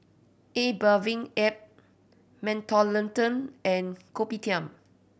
A Bathing Ape Mentholatum and Kopitiam